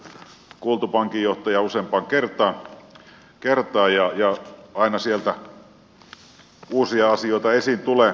on kuultu pankinjohtajaa useampaan kertaan ja aina sieltä uusia asioita esiin tulee